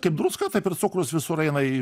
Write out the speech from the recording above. kaip druska taip ir cukrus visur eina į